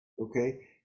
Okay